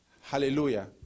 Hallelujah